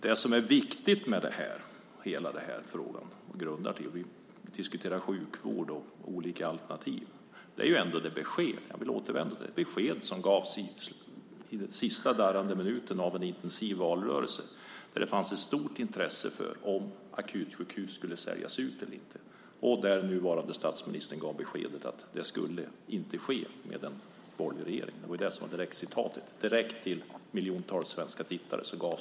Det som är viktigt med hela frågan om sjukvård och olika alternativ är ändå det besked - jag vill återvända till det - som gavs i den sista darrande minuten av en intensiv valrörelse. Det fanns ett stort intresse för frågan om akutsjukhus skulle säljas ut eller inte, och den nuvarande statsministern gav beskedet att det inte skulle ske med en borgerlig regering. Det beskedet gavs direkt till miljontals svenska tv-tittare.